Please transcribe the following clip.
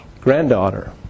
granddaughter